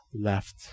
left